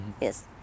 Yes